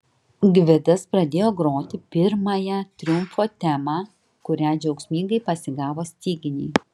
gvidas pradėjo groti pirmąją triumfo temą kurią džiaugsmingai pasigavo styginiai